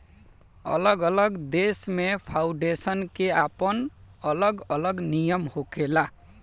अलग अलग देश में फाउंडेशन के आपन अलग अलग नियम होखेला